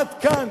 עד כאן.